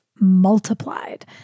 multiplied